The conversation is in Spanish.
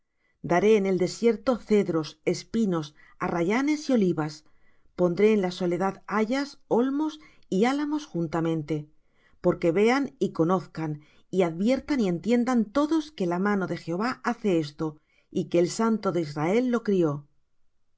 daré en el desierto cedros espinos arrayanes y olivas pondré en la soledad hayas olmos y álamos juntamente porque vean y conozcan y adviertan y entiendan todos que la mano de jehová hace esto y que el santo de israel lo crió